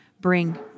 bring